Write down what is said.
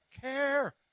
care